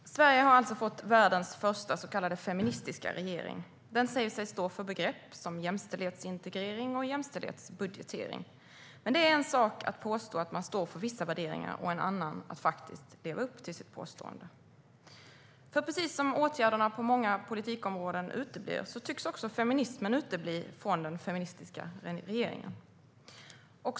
Herr talman! Sverige har alltså fått världens första så kallade feministiska regering. Den säger sig stå för begrepp som jämställdhetsintegrering och jämställdhetsbudgetering. Men det är en sak att påstå att man står för vissa värderingar och en annan att leva upp till sitt påstående. Och precis som åtgärderna på många politikområden uteblev tycks också feminismen utebli från den feministiska regeringen.